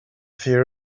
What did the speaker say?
fear